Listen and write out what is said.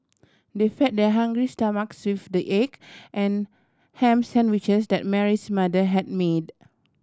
they fed their hungry stomachs with the egg and ham sandwiches that Mary's mother had made